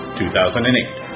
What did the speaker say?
2008